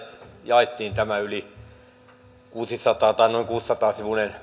jaettiin tämä noin kuusisataa sivuinen